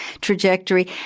trajectory